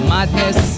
Madness